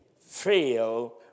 fail